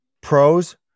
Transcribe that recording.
pros